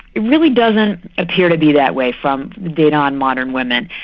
it really doesn't appear to be that way from the data on modern women.